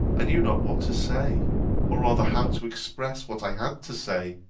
i knew not what to say or rather how to express what i had to say.